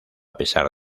pesar